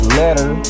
letter